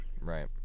Right